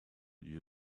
you